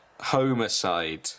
Homicide